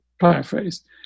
paraphrase